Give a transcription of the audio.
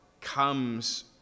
comes